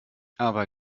aber